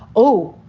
oh,